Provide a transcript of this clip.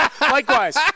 Likewise